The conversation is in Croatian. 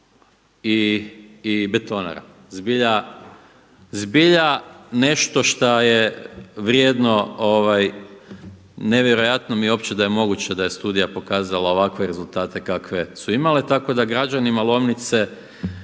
i betonara, zbilja nešto što je vrijedno, nevjerojatno mi je uopće da je moguće da je studija pokazala ovakve rezultate kakve su imale, tako da građanima Lomnice